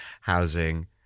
housing